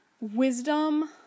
Wisdom